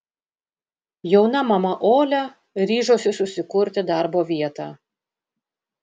jauna mama olia ryžosi susikurti darbo vietą